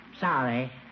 Sorry